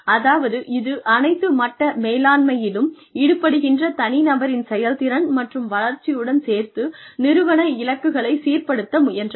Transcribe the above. அதாவது இது அனைத்து மட்ட மேலாண்மையிலும் ஈடுபடுகின்ற தனிநபரின் செயல்திறன் மற்றும் வளர்ச்சியுடன் சேர்த்து நிறுவன இலக்குகளைச் சீர்படுத்த முயன்றது